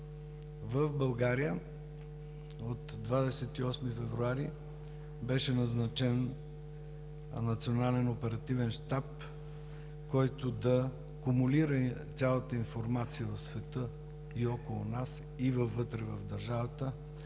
В България от 28 февруари беше назначен Национален оперативен щаб, който да кумулира цялата информация в света – и около нас, и вътре в държавата,